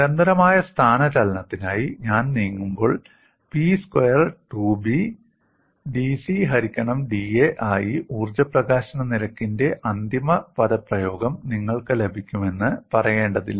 നിരന്തരമായ സ്ഥാനചലനത്തിനായി ഞാൻ നീങ്ങുമ്പോൾ 'P സ്ക്വയർ 2B' 'dC ഹരിക്കണം dA' ആയി ഊർജ്ജ പ്രകാശന നിരക്കിന്റെ അന്തിമ പദപ്രയോഗം നിങ്ങൾക്ക് ലഭിക്കുമെന്ന് പറയേണ്ടതില്ല